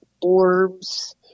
orbs